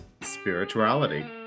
spirituality